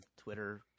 Twitter